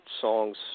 songs